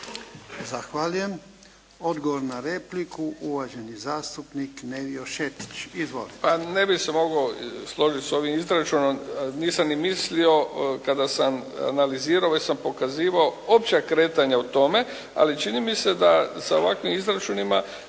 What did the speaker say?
Zahvaljujem. Odgovor na repliku, uvaženi zastupnik Davor Huška. Izvolite.